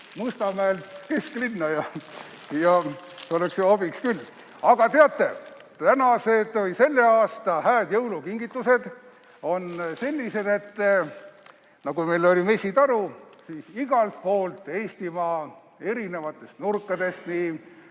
Mustamäelt kesklinna ja oleks ju abiks küll. Aga teate, tänavused, selle aasta hääd jõulukingitused on sellised. Nii nagu meil oli mesitaru, on igalt poolt Eestimaa erinevatest nurkadest, nii